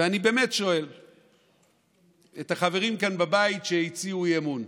ואני באמת שואל את החברים כאן בבית שהציעו אי-אמון,